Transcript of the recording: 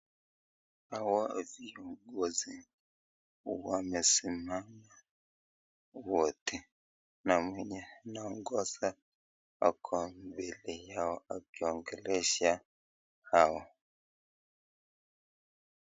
Hawa ni viongozi wamesimama wote na mwenye anaongoza kwa mbele yao akiwaongelesha hao.